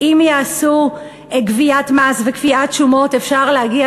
שאם יעשו גביית מס וקביעת שומות אפשר להגיע,